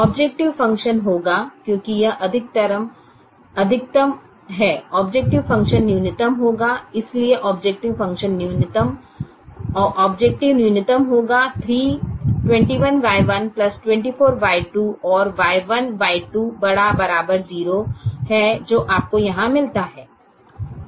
objective function होगा क्योंकि यह अधिकतमकरण है ऑबजेकटिव फ़ंक्शन न्यूनतम होगा इसलिए ऑबजेकटिव न्यूनतम होगा 21Y1 24Y2 और Y1 Y2 ≥ 0 है जो आपको यहां मिलता है